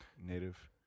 Native